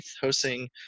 hosting